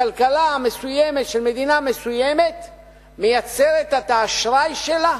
הכלכלה המסוימת של מדינה מסוימת מייצרת את האשראי שלה,